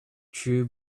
true